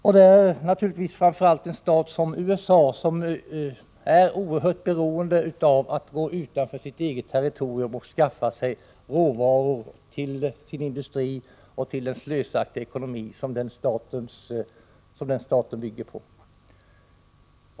Det gäller naturligtvis framför allt en stat som USA som är oerhört beroende av att gå utanför sitt eget territorium för att skaffa sig råvaror till den egna industrin och till den slösaktiga ekonomi som den staten bygger på.